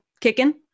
kicking